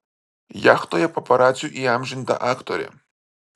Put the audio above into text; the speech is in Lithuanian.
jachtoje paparacių įamžinta aktorė